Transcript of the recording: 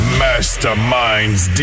masterminds